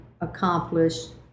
accomplished